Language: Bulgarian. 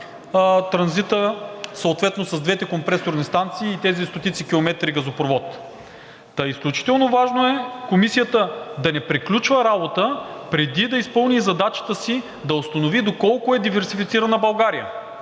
транзита, съответно с двете компресорни станции и тези стотици километри газопровод. Изключително важно е Комисията да не приключва работа, преди да изпълни задачата си да установи доколко е диверсифицирана България.